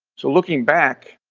so looking back,